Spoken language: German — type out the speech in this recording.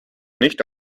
nicht